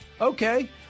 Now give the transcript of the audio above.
Okay